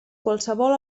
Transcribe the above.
qualsevol